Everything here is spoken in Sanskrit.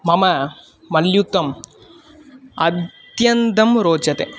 मम मल्युद्धम् अत्यन्तं रोचते